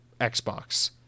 Xbox